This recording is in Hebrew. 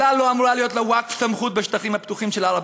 כלל לא אמורה להיות לווקף סמכות בשטחים הפתוחים של הר-הבית,